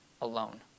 alone